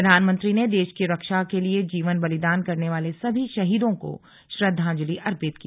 प्रधानमंत्री ने देश की रक्षा के लिए जीवन बलिदान करने वाले सभी शहीदों को श्रद्वांजलि अर्पित की